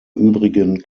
übrigen